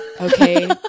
Okay